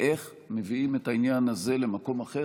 איך מביאים את העניין הזה למקום אחר.